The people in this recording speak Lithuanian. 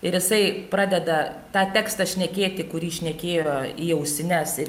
ir jisai pradeda tą tekstą šnekėti kurį šnekėjo į ausines ir